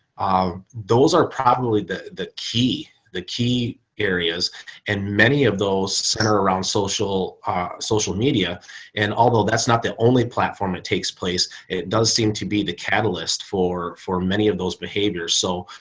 those are probably the the key, the key areas and many of those center around social social media and although that's not the only platform. it takes place. it does seem to be the catalyst for for many of those behaviors. so